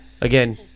again